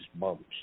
bumps